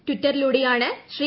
ട്വിറ്ററിലൂടെയാണ് Shri